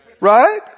Right